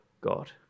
God